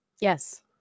Yes